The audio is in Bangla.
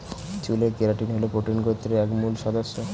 চুলের কেরাটিন হল প্রোটিন গোত্রের একটি মূল সদস্য